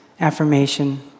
affirmation